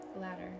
ladder